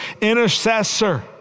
intercessor